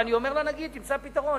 ואני אומר לנגיד: תמצא פתרון,